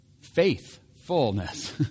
faithfulness